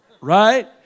Right